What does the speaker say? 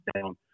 down